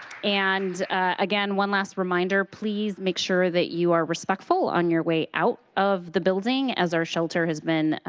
and again, one last reminder, please make sure that you are respectful on your way out of the building as our shelter has been